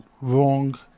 wrong